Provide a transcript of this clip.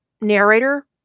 narrator